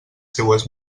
seues